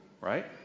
right